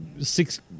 six